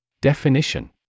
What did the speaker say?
Definition